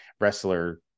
wrestler